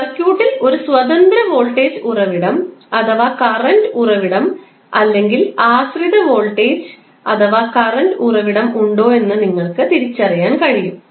അതിനാൽ സർക്യൂട്ടിൽ ഒരു സ്വതന്ത്ര വോൾട്ടേജ് ഉറവിടം അഥവാ കറൻറ് ഉറവിടം അല്ലെങ്കിൽ ആശ്രിത വോൾട്ടേജ് അഥവാ കറൻറ് ഉറവിടം ഉണ്ടോ എന്ന് നിങ്ങൾക്ക് തിരിച്ചറിയാൻ കഴിയും